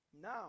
Now